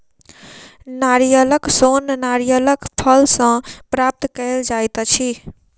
नारियलक सोन नारियलक फल सॅ प्राप्त कयल जाइत अछि